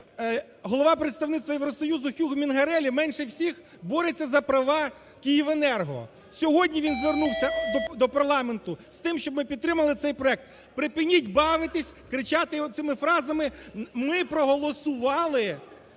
голова представництва Євросоюзу Хьюг Мінгареллі менше всіх бореться за права "Київенерго", сьогодні він звернувся до парламенту з тим, щоб ми підтримати цей проект. Припиніть бавитись, кричати оцими фразами, ми проголосували